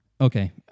Okay